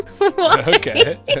Okay